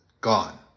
gone